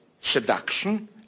seduction